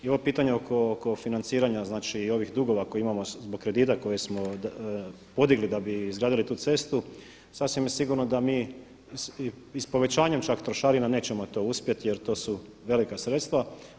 I ovo pitanje oko financiranja znači i ovih dugova koje imamo zbog kredita koje smo podigli da bi izgradili tu cestu sasvim je sigurno da mi i s povećanjem čak trošarina nećemo to uspjeti jer to su velika sredstva.